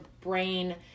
brain